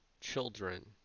children